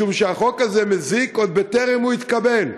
משום שהחוק הזה מזיק עוד בטרם הוא התקבל.